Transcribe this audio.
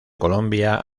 colombia